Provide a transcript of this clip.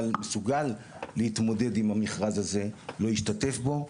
מסוגל להתמודד עם המכרז הזה לא ישתתף בו,